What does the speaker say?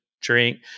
drink